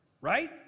right